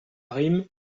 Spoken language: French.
rime